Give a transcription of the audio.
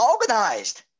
organized